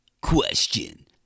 question